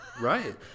right